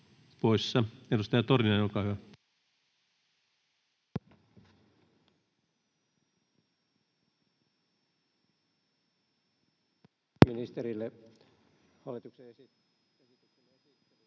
Edustaja Torniainen, olkaa hyvä.